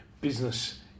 business